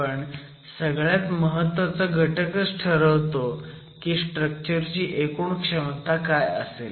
पण सगळ्यात महत्वाचा घटकच ठरवतो की स्ट्रक्चर ची एकूण क्षमता काय असेल